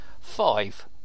Five